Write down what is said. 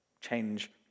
change